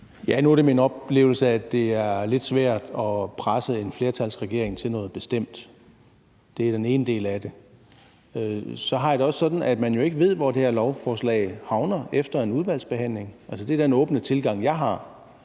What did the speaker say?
Nu er det min oplevelse, at det er lidt svært at presse en flertalsregering til noget bestemt. Det er den ene del af det. Så har jeg det også sådan, at man jo ikke ved, hvor det her lovforslag havner efter en udvalgsbehandling. Det er den åbne tilgang, jeg har.